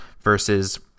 versus